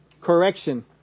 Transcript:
Correction